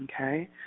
okay